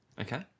Okay